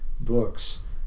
books